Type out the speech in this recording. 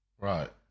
Right